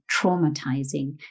traumatizing